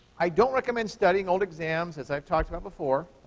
i don't recommend studying old exams, as i've talked about before.